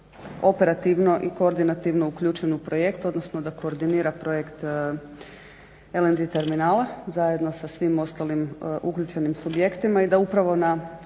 operativno i koordinativno uključen u projekt, odnosno da koordinira projekt LNG terminala zajedno sa svim ostalim uključenim subjektima i da upravo na